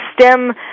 stem